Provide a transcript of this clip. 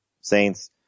Saints